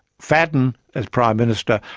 fadden, as prime minister,